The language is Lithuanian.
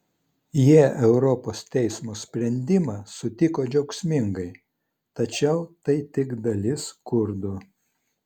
jie europos teismo sprendimą sutiko džiaugsmingai tačiau tai tik dalis kurdų